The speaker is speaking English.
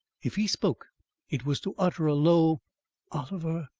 if he spoke it was to utter a low oliver!